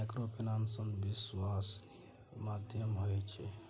Microfinance विश्वासनीय माध्यम होय छै?